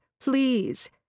please